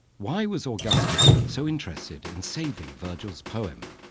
why was augustus so interested in saving virgil's poem?